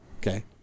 Okay